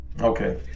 Okay